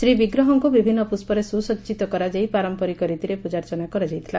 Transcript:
ଶ୍ରୀବିଗ୍ରହଙ୍କୁ ବିଭିନ୍ନ ପୁଷ୍ଟରେ ସୁସଜିତ କରାଯାଇ ପାରମ୍ମରିକ ରୀତିରେ ପୂଜ୍କାର୍ଚ୍ଚନା କରାଯାଇଥିଲା